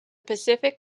pacific